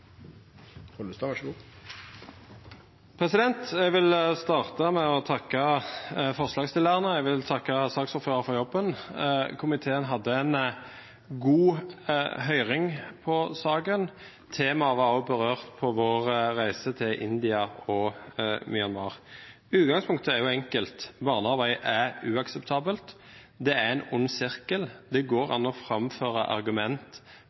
i året, så det er et stort ansvar vi har. Jeg vil starte med å takke forslagsstillerne. Jeg vil takke saksordføreren for jobben. Komitéen hadde en god høring i saken. Temaet ble også berørt på vår reise til India og Myanmar. Utgangspunktet er enkelt: Barnearbeid er uakseptabelt. Det er en ond sirkel. Det går an å framføre argument